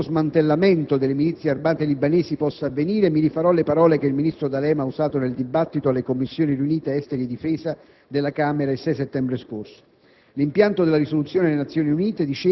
Sul come questo processo di progressivo smantellamento delle milizie armate libanesi possa avvenire mi rifarò alle parole che il ministro D'Alema ha usato nel dibattito alle Commissioni riunite esteri e difesa della Camera, il 6 settembre scorso: